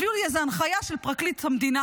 הביאו לי איזה הנחיה של פרקליט המדינה.